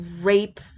rape